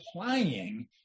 applying